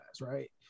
Right